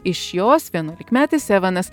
iš jos vienuolikmetis evanas